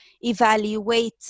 evaluate